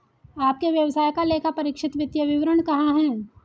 आपके व्यवसाय का लेखापरीक्षित वित्तीय विवरण कहाँ है?